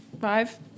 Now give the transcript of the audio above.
Five